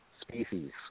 species